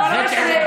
זה טיעון חזק.